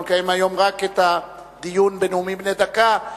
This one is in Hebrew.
אנחנו נקיים היום רק את הדיון בנאומים בני דקה,